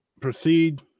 proceed